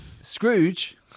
Scrooge